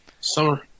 Summer